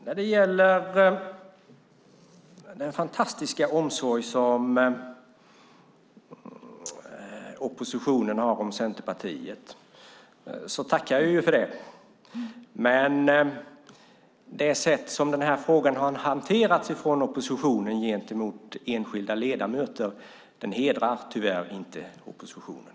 Jag tackar för den fantastiska omsorg som oppositionen har om Centerpartiet. Men det sätt som oppositionen har hanterat den här frågan på gentemot enskilda ledamöter hedrar tyvärr inte oppositionen.